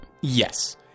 Yes